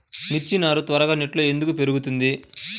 మిర్చి నారు త్వరగా నెట్లో ఎందుకు పెరుగుతుంది?